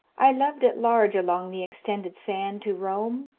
i loved at large along the extended sand to roam,